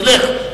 ילך.